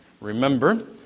remember